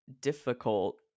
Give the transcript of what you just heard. difficult